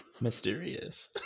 Mysterious